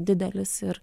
didelis ir